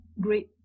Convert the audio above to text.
great